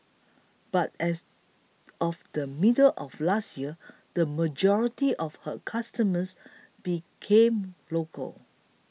but as of the middle of last year the majority of her customers became local